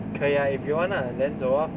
可以啊 if you want ah then 走 lor